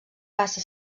passa